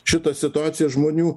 šitą situaciją žmonių